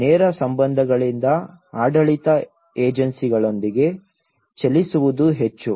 ನೇರ ಸಂಬಂಧಗಳಿಂದ ಆಡಳಿತ ಏಜೆನ್ಸಿಗಳೊಂದಿಗೆ ಚಲಿಸುವುದು ಹೆಚ್ಚು